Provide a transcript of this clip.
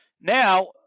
Now